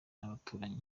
abaturanyi